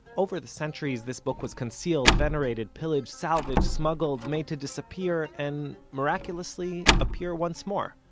over the centuries, this book was concealed, venerated, pillaged, salvaged, smuggled, made to disappear, and miraculously appear once more.